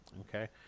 Okay